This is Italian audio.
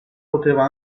poteva